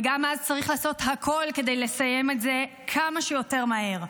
וגם אז צריך לעשות הכול כדי לסיים את זה כמה שיותר מהר.